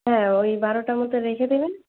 হ্যাঁ ওই বারোটা মতো রেখে দেবেন